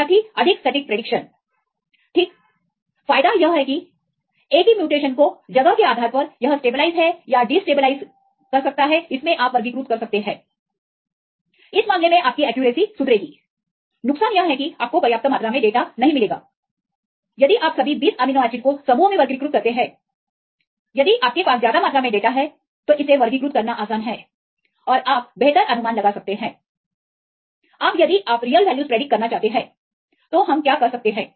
विद्यार्थी अधिक सटीक प्रेडिक्शन ठीक फायदा यह है कि एक ही म्यूटेशन को जगह के आधार पर यह स्टेबलाइज है या डिस्टेबलाइज आप वर्गीकृत कर सकते हैं इस मामले में आपकी एक्यूरेसी सुधरेगी नुकसान यह हैं कि आपको पर्याप्त मात्रा में डेटा नहीं मिलेगा यदि आप सभी 20 अमीनो एसिडस को समूह में वर्गीकृत करते हैं यदि आपके पास ज्यादा मात्रा में डेटा है तो इसे वर्गीकृत करना आसान है और आप बेहतर अनुमान लगा सकते हैं अब यदि आप रियल वैल्यूज प्रेडिकट करना चाहते हैं तो हम क्या कर सकते है